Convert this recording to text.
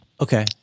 Okay